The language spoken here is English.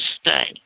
stay